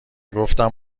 گفتم